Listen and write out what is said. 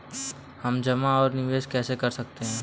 हम जमा और निवेश कैसे कर सकते हैं?